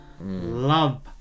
Love